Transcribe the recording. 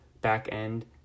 back-end